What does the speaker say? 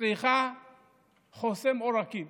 צריכה חוסם עורקים.